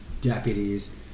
deputies